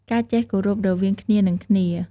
ការចេះគោរពរវាងគ្នានិងគ្នា។